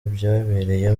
byabereye